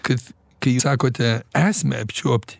kad kai sakote esmę apčiuopt